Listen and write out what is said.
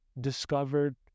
discovered